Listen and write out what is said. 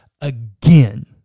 again